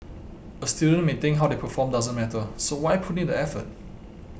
a student may think how they perform doesn't matter so why put in the effort